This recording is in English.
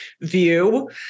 view